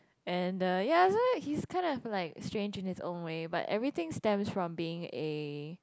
and uh ya that's why he's kind of like strange in his own way but everything stems from being a